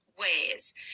ways